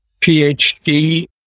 PhD